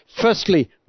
...firstly